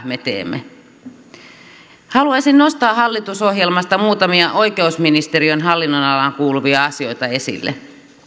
me teemme haluaisin nostaa hallitusohjelmasta muutamia oikeusministeriön hallinnonalaan kuuluvia asioita esille